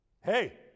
Hey